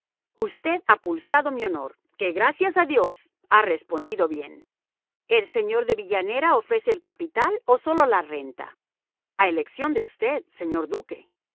usted ha pulsado mi honor que gracias a dios ha respondido bien el señor de villanera ofrece el capital o sólo la renta a elección de usted señor duque